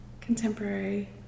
contemporary